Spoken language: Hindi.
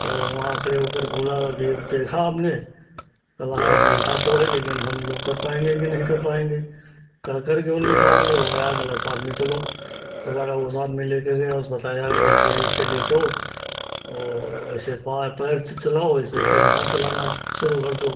तो वहाँ खड़े होकर बोला कि देखा आपने कहा यार देखा तो है लेकिन हम लोग कर पाएँगे कि नहीं कर पाएँगे कर कर क्यों नहीं पाओगे वह या कहा साथ में चलो दुबारा वह साथ में लेकर गया उस बताया कि या ऐसे लेटो और ऐसे पैर से चलाओ ऐसे फिर हाथ चलाना शुरू कर दो